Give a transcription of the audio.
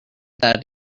that